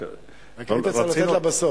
רק, לתת לה בסוף.